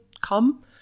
come